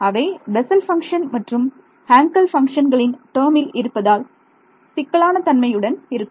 அவை Bessel function மற்றும் ஹாங்கல்பங்க்ஷன்களின் டேர்மில் இருப்பதால் சிக்கலான தன்மையுடன் இருக்கும்